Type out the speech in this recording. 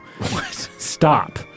stop